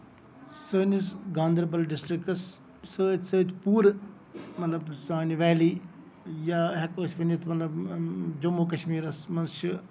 سٲنِس گاندربَل ڈِسٹرکس سۭتۍ سۭتۍ پوٗرٕ مطلب سانہِ ویلی یا ہٮ۪کو أسۍ ؤنِتھ جموں کَشمیٖرس منٛز چھِ